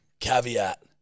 Caveat